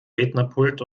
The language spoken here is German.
rednerpult